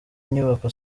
inyubako